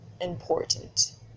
important